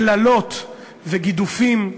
קללות וגידופים.